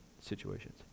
situations